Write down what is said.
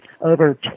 over